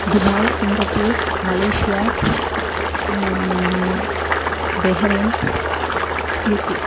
Dubai Singapore Malaysia Bahrain UK